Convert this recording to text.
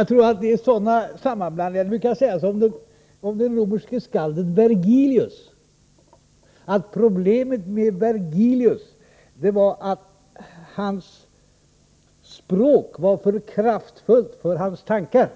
Beträffande sådana här sammanblandningar kan man säga som om den romerske skalden Vergilius. Problemet med Vergilius var att hans språk var för kraftfullt för hans tankar.